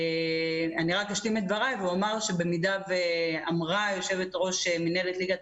אני רק אשלים את דבריי ואומר שאמרה יושבת-ראש מינהלת ליגת